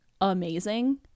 amazing